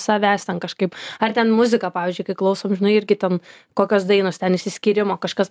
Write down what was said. savęs ten kažkaip ar ten muzika pavyzdžiui kai klausom žinai irgi ten kokios dainos ten išsiskyrimo kažkas